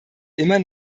immer